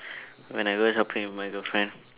when I go shopping with my girlfriend